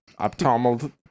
Optimal